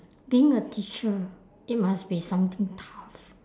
being a teacher it must be something tough